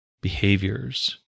behaviors